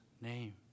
name